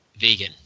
vegan